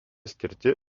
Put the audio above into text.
skirti